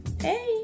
Hey